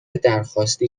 درخواستی